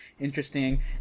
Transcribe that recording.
Interesting